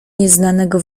nieznanego